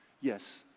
Yes